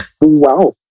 Wow